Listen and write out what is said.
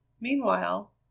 meanwhile